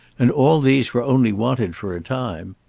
and all these were only wanted for a time.